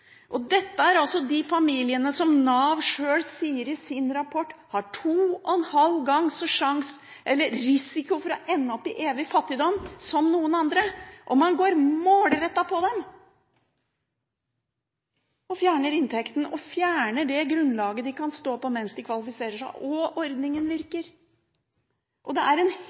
bort. Dette gjelder de familiene som Nav sjøl i sin rapport sier har to og en halv gangs risiko for å ende opp i evig fattigdom. Man går målrettet på dem og fjerner inntekten og grunnlaget de kan stå på mens de kvalifiserer seg. Ordningen virker. Det er